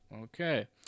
Okay